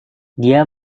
dia